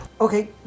Okay